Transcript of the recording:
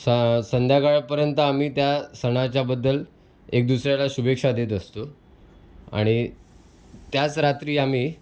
स संध्याकाळपर्यंत आम्ही त्या सणाच्याबद्दल एकदुसऱ्याला शुभेच्छा देत असतो आणि त्याच रात्री आम्ही